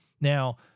Now